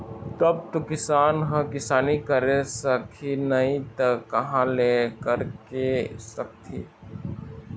तब तो किसान ह किसानी करे सकही नइ त कहाँ ले करे सकही